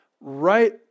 Right